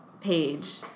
page